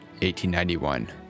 1891